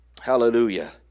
Hallelujah